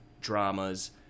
dramas